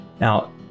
now